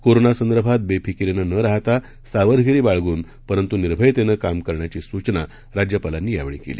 कोरोनासंदर्भात बेफिकीरीनं न राहता सावधगिरी बाळगून परंतु निर्भयतेनं काम करण्याची सूचना राज्यपालांनी यावेळी केली